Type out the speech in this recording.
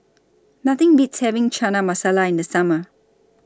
Nothing Beats having Chana Masala in The Summer